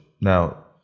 Now